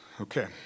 Okay